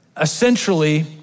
Essentially